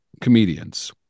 comedians